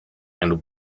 and